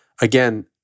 again